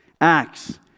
Acts